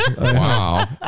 Wow